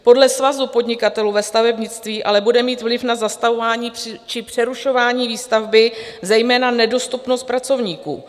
Podle Svazu podnikatelů ve stavebnictví ale bude mít vliv na zastavování či přerušování výstavby zejména nedostupnost pracovníků.